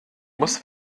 muss